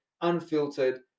unfiltered